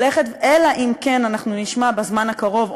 אם אנחנו לא נשמע בזמן הקרוב,